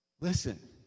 Listen